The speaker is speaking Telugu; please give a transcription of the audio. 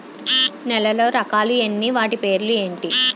నేలలో రకాలు ఎన్ని వాటి పేర్లు ఏంటి?